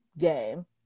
game